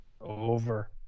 Over